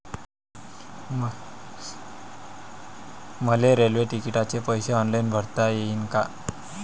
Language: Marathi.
मले रेल्वे तिकिटाचे पैसे ऑनलाईन भरता येईन का?